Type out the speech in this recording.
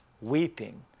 weeping